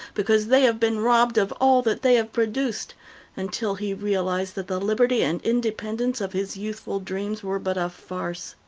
because they have been robbed of all that they have produced until he realized that the liberty and independence of his youthful dreams were but a farce.